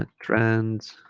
and trends